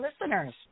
listeners